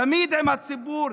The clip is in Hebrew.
תמיד עם הציבור,